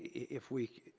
if we,